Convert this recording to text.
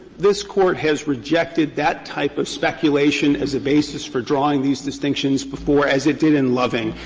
this court has rejected that type of speculation as a basis for drawing these distinctions before as it did in loving.